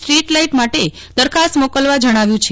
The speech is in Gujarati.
સ્ટ્રીટ લાઈટ માટે દરખાસ્ત મીકલવા જણાવ્યું છે